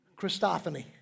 Christophany